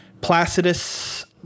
placidus